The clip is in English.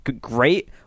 great